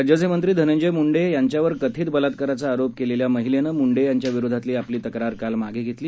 राज्याचे मंत्री धनंजय मुंडे यांच्यावर कथित बलात्काराचा आरोप केलेल्या महिलेनं मुंडे यांच्या विरोधातली आपली तक्रार काल मागे घेतली